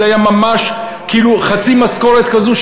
זה היה ממש חצי משכורת כזו,